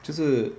就是